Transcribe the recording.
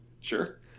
Sure